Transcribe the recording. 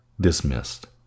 dismissed